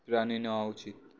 run নেওয়া উচিত